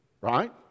right